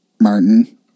Martin